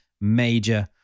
major